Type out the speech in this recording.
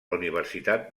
universitat